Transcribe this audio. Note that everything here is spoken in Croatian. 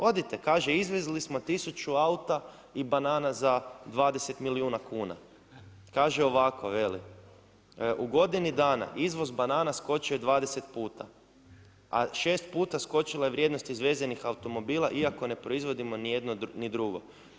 Odite kaže izvezli smo tisuću auta i banana za 20 milijuna kuna, kaže ovako veli u godini dana izvoz banana skočio je 20 puta, a 6 puta skočila je vrijednost izvezenih automobila iako ne proizvodimo nijedno i drugo.